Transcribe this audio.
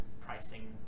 pricing